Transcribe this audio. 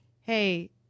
Hey